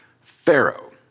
Pharaoh